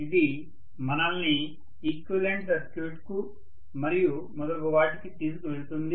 ఇది మనల్ని ఈక్వివలెంట్ సర్క్యూట్కు మరియు మొదలగు వాటికి తీసుకువెళుతుంది